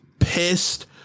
pissed